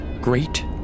Great